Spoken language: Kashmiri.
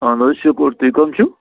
اَہن حظ شُکُر تُہۍ کَم چھُو